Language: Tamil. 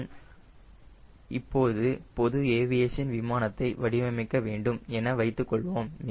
நான் இப்போது பொது ஏவியேஷன் விமானத்தை வடிவமைக்க வேண்டும் என வைத்துக்கொள்வோம்